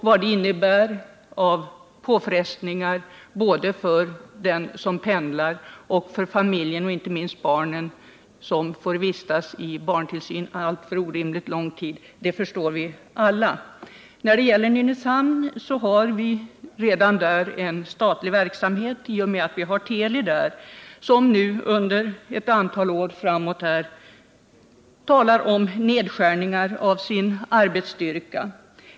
Vad det innebär av påfrestningar både för den som pendlar och för familjen, inte minst barnen, som får vistas i barntillsyn orimligt lång tid, förstår vi alla. I Nynäshamn finns redan en statlig verksamhet, televerket, som nu talar om nedskärningar av sin arbetsstyrka under ett antal år framöver.